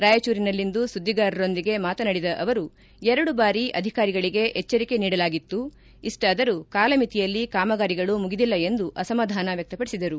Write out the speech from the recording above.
ರಾಯಚೂರಿನಲ್ಲಿಂದು ಸುದ್ದಿಗಾರರೊಂದಿಗೆ ಮಾತನಾಡಿದ ಅವರು ಎರಡು ಬಾರಿ ಅಧಿಕಾರಿಗಳಿಗೆ ಎಚ್ಚರಿಕೆ ನೀಡಲಾಗಿತ್ತು ಇಷ್ಟಾದರೂ ಕಾಲಮಿತಿಯಲ್ಲಿ ಕಾಮಗಾರಿಗಳು ಮುಗಿದಿಲ್ಲ ಎಂದು ಅಸಮಾಧಾನ ವ್ಯಕ್ತಪಡಿಸಿದರು